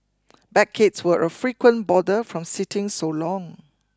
backaches were a frequent bother from sitting so long